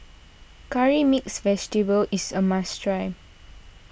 Curry Mixed Vegetable is a must try